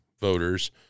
voters